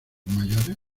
mayores